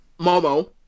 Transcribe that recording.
Momo